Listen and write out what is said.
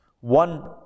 one